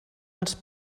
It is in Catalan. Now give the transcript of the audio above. els